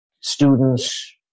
students